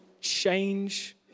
change